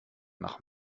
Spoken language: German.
nach